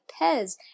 Pez